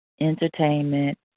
entertainment